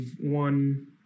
one